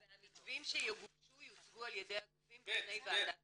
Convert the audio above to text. והמתווים שיגובשו יוצגו על ידי הגופים בפני ועדת השרים.